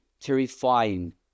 terrifying